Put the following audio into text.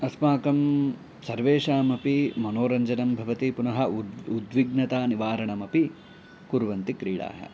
अस्माकं सर्वेषाम् अपि मनोरञ्जनं भवति पुनः उद् उद्विग्नता निवारणमपि कुर्वन्ति क्रीडाः